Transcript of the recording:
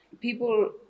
People